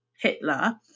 Hitler